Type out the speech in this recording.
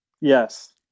yes